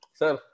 sir